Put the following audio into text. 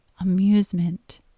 amusement